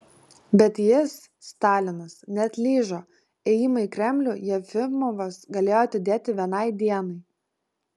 bet jis stalinas neatlyžo ėjimą į kremlių jefimovas galėjo atidėti vienai dienai